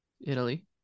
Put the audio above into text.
Italy